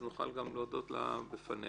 אז נוכל גם להודות לה בפניה.